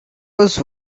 was